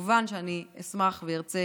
וכמובן שאני אשמח וארצה